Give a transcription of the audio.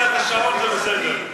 כל זמן שאת לא מפעילה את השעון, זה בסדר.